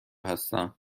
هستم